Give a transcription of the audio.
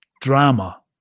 drama